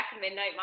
midnight